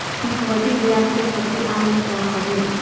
equity, ब्याज के सबसे आम स्टॉक हवे